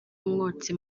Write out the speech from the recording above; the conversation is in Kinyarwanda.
umwotsi